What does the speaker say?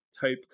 type